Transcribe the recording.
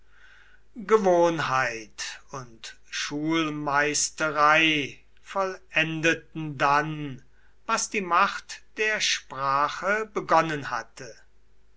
gewohnheit und schulmeisterei vollendeten dann was die macht der sprache begonnen hatte